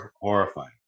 horrifying